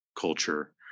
culture